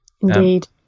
Indeed